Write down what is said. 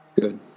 Good